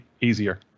easier